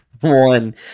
One